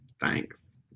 thanks